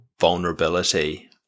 vulnerability